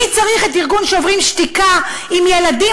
מי צריך את ארגון "שוברים שתיקה" אם ילדים